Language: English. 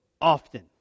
often